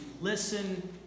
listen